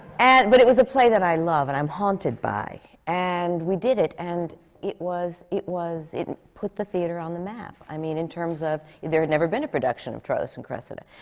but it was a play that i love and i'm haunted by. and we did it, and it was it was it put the theatre on the map. i mean, in terms of there had never been a production of troilus and cressida